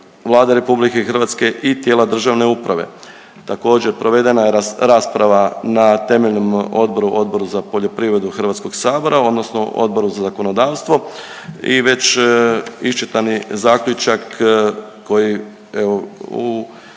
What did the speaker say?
Vlada RH i tijela državne uprave. Također provedena je rasprava na temeljnom odboru, Odboru za poljoprivredu HS-a odnosno Odboru za zakonodavstvo i već iščitani zaključak koji evo